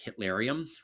Hitlerium